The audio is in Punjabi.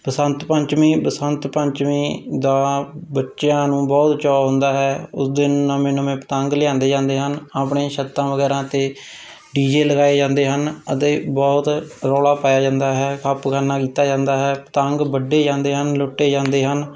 ਬਸੰਤ ਪੰਚਮੀ ਬਸੰਤ ਪੰਚਮੀ ਦਾ ਬੱਚਿਆਂ ਨੂੰ ਬਹੁਤ ਚਾਅ ਹੁੰਦਾ ਹੈ ਉਸ ਦਿਨ ਨਵੇਂ ਨਵੇਂ ਪਤੰਗ ਲਿਆਂਦੇ ਜਾਂਦੇ ਹਨ ਆਪਣੇ ਛੱਤਾਂ ਵਗੈਰਾ 'ਤੇ ਡੀ ਜੇ ਲਗਾਏ ਜਾਂਦੇ ਹਨ ਅਤੇ ਬਹੁਤ ਰੋਲ਼ਾ ਪਾਇਆ ਜਾਂਦਾ ਹੈ ਖੱਪਖਾਨਾ ਕੀਤਾ ਜਾਂਦਾ ਹੈ ਪਤੰਗ ਵੱਢੇ ਜਾਂਦੇ ਹਨ ਲੁੱਟੇ ਜਾਂਦੇ ਹਨ